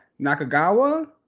Nakagawa